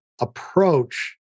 Approach